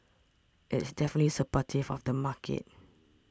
it's definitely supportive of the market